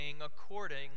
according